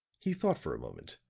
he thought for a moment,